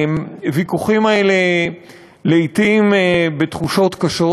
מהוויכוחים האלה לעתים בתחושות קשות,